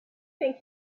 think